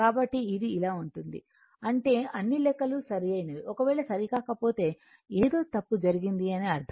కాబట్టి ఇది ఇలా ఉంటుంది అంటే అన్ని లెక్కలు సరైనవి ఒకవేళ సరిపోకపోతే ఏదో తప్పు జరిగింది అని అర్ధం